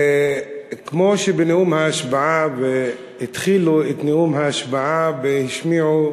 כמו שבנאום ההשבעה, התחילו את נאום ההשבעה והשמיעו